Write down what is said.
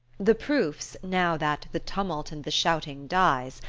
the proofs, now that the tumult and the shouting dies,